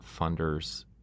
funder's